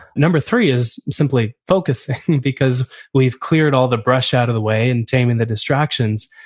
number three is simply focusing because we've cleared all the brush out of the way in taming the distraction.